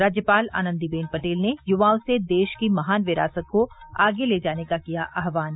राज्यपाल आनन्दी बेन पटेल ने युवाओं से देश की महान विरासत को आगे ले जाने का किया आहवान